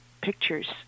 pictures